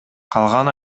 калган